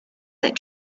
that